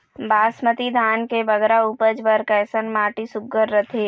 बासमती धान के बगरा उपज बर कैसन माटी सुघ्घर रथे?